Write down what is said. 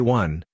one